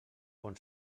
bon